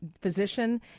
physician